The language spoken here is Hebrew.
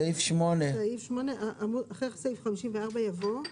סעיף 8. אחרי סעיף 54 יבוא,